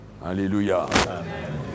Hallelujah